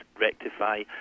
rectify